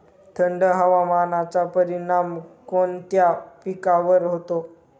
थंड हवामानाचा परिणाम कोणत्या पिकावर होतो?